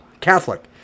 Catholic